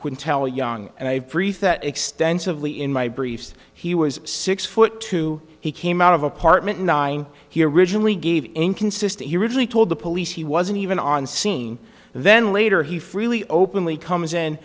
quinn tell young and i extensively in my briefs he was six foot two he came out of apartment nine he originally gave inconsistent he originally told the police he wasn't even on scene and then later he freely openly comes in